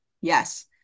Yes